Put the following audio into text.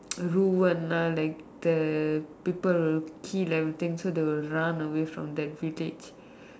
ruined ah like the people will kill everything so they will run away from that village